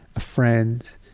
a friend,